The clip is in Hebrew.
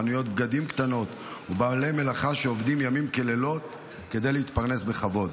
חנויות בגדים קטנות ובעלי מלאכה שעובדים ימים כלילות כדי להתפרנס בכבוד.